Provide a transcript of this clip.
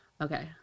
Okay